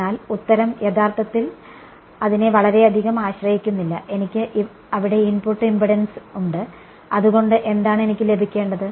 എന്നാൽ ഉത്തരം യഥാർത്ഥത്തിൽ അതിനെ വളരെയധികം ആശ്രയിക്കുന്നില്ല എനിക്ക് അവിടെ ഇൻപുട്ട് ഇംപെഡൻസ് ഉണ്ട് അതുകൊണ്ട് എന്താണ് എനിക്ക് ലഭിക്കേണ്ടത്